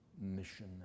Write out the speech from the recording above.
mission